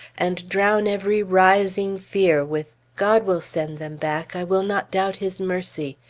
and drown every rising fear with god will send them back i will not doubt his mercy,